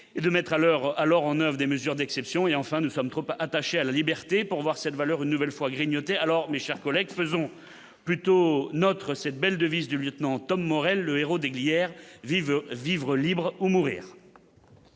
et de mettre à l'heure à Laurent, 9 des mesures d'exception et enfin de femmes trop attachés à la liberté pour voir cette valeur, une nouvelle fois grignoter alors, mes chers collègues, faisons plutôt notre cette belle devise du lieutenant Tom Morel, le héros des Glières vive vivre libre ou mourir.